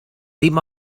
dim